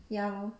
ya